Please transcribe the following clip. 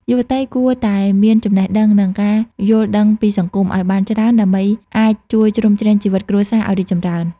យុវតីគួរតែ "មានចំណេះដឹង និងការយល់ដឹងពីសង្គម" ឱ្យបានច្រើន ដើម្បីអាចជួយជ្រោមជ្រែងជីវិតគ្រួសារឱ្យរីកចម្រើន។